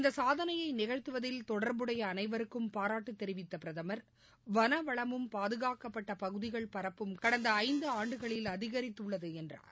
இந்தசாதனையைநிகழ்த்துவதில் தொடர்புடைய அனைவருக்கும் பாராட்டுதெரிவித்தபிரதமர் வன வளமும் பாதுகாக்கப்பட்டபகுதிகள் பரப்பும் கடந்தஐந்துஆண்டுகளில் அதிகரித்துள்ளதுஎன்றார்